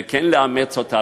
וכן, לאמץ אותה.